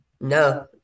No